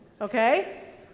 Okay